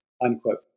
unquote